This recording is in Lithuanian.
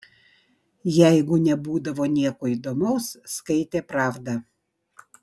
jeigu nebūdavo nieko įdomaus skaitė pravdą